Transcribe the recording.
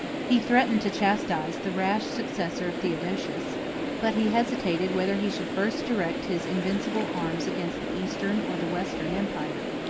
he threatened to chastise the rash successor of theodosius but he hesitated whether he should first direct his invincible arms against the eastern or the western empire.